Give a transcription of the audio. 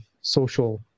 social